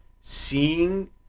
seeing